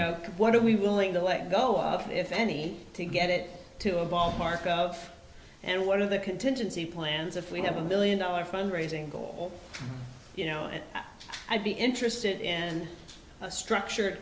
know what are we willing to let go of if any to get it to a ballpark of and one of the contingency plans if we have a million dollar fund raising goal you know and i'd be interested in a structured